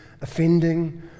offending